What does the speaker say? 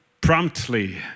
promptly